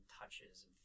touches